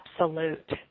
absolute